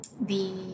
The-